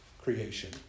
creation